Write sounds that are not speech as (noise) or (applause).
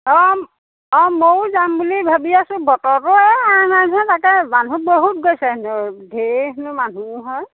অঁ অঁ মও যাম বুলি ভাবি আছোঁ বতৰটো এই এৰা নাই যে তাকে মানুহ বহুত গৈছে (unintelligible) ধেৰ (unintelligible) মানুহ হয়